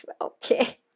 okay